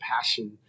passion